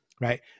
right